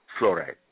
fluoride